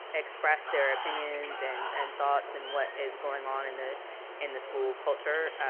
express their opinions and and thoughts and what is going on in the in the school culture,